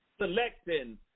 selecting